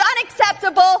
unacceptable